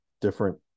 different